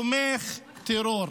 "תומך טרור".